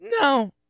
no